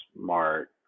smart